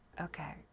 Okay